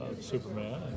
Superman